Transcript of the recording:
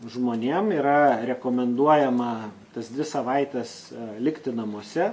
žmonėm yra rekomenduojama tas dvi savaites likti namuose